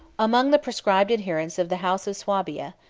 among the proscribed adherents of the house of swabia,